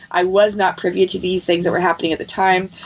i was not privy to these things that were happening at the time.